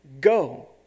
Go